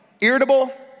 Irritable